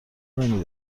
نمی